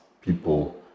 people